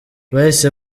bahise